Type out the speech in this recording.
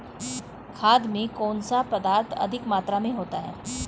खाद में कौन सा पदार्थ अधिक मात्रा में होता है?